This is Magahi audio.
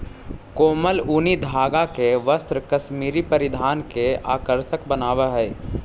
कोमल ऊनी धागा के वस्त्र कश्मीरी परिधान के आकर्षक बनावऽ हइ